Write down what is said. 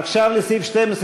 עכשיו לסעיף 12,